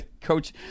Coach